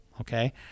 okay